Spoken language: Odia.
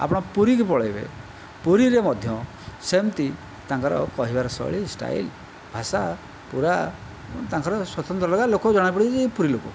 ଆପଣ ପୁରୀକୁ ପଳାଇବେ ପୁରୀରେ ମଧ୍ୟ ସେମିତି ତାଙ୍କର କହିବାର ଶୈଳୀ ଷ୍ଟାଇଲ୍ ଭାଷା ପୁରା ତାଙ୍କର ସ୍ଵତନ୍ତ୍ର ଅଲଗା ଲୋକ ଜଣାପଡ଼ିଯିବେ ଯେ ଇଏ ପୁରୀଲୋକ